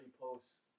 posts